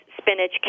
spinach